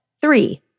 Three